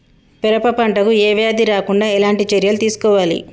పెరప పంట కు ఏ వ్యాధి రాకుండా ఎలాంటి చర్యలు తీసుకోవాలి?